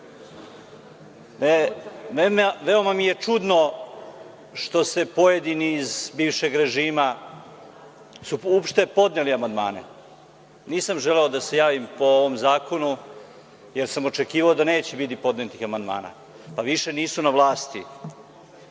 Veoma mi je čudno što su pojedini iz bivšeg režima podneli amandmane. Nisam želeo da se javim po ovom zakonu jer sam očekivao da neće biti podnetih amandmana. Pa, više nisu na vlasti